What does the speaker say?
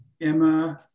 Emma